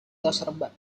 toserba